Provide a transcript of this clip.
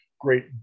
great